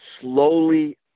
slowly